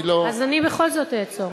אז אני בכל זאת אעצור.